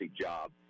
job